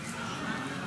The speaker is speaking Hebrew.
אין נמנעים.